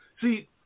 see